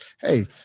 hey